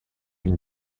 une